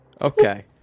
Okay